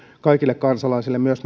kaikille kansalaisille myös